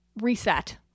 reset